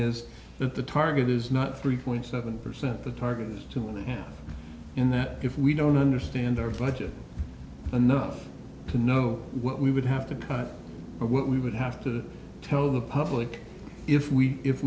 is that the target is not three point seven percent the target is too low in that if we don't understand our budget enough to know what we would have to cut but what we would have to tell the public if we if